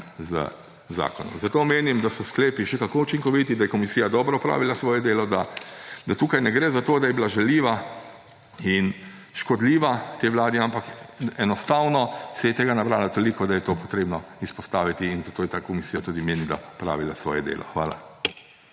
z zakonom. Menim, da so sklepi še kako učinkoviti, da je komisija dobro opravila svoje delo, da tukaj ne gre za to, da je bila žaljiva in škodljiva tej vladi, ampak enostavno se je tega nabralo toliko, da je to treba izpostaviti. In zato je ta komisija opravila svoje delo. Hvala.